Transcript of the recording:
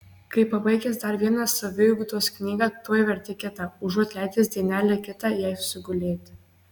kai pabaigęs dar vieną saviugdos knygą tuoj verti kitą užuot leidęs dienelę kitą jai susigulėti